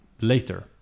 later